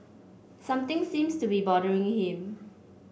something seems to be bothering him